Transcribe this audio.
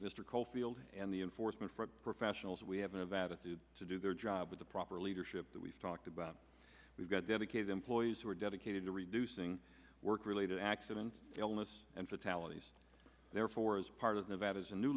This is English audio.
mr coalfield and the enforcement professionals we have of attitude to do their job with the proper leadership that we've talked about we've got dedicated employees who are dedicated to reducing work related accidents illness and fatalities therefore as part of nevada's a new